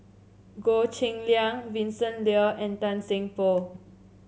Goh Cheng Liang Vincent Leow and Tan Seng Poh